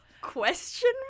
Question